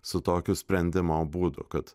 su tokiu sprendimo būdu kad